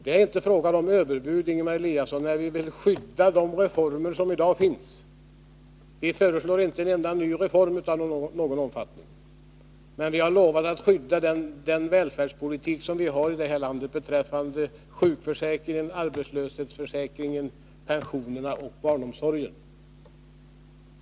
Det är inte fråga om överbud, Ingemar Eliasson, när vi vill skydda de reformer som i dag finns. Vi föreslår inte en enda ny reform av någon större omfattning, men vi har lovat att skydda den välfärdspolitik som vi har i det här landet beträffande sjukförsäkring, arbetslöshetsförsäkring, pensioner och barnomsorg.